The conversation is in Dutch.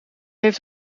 heeft